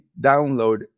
download